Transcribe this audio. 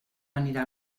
anirà